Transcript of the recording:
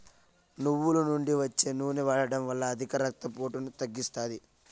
నువ్వుల నుండి వచ్చే నూనె వాడడం వల్ల అధిక రక్త పోటును తగ్గిస్తాది